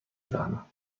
فهمم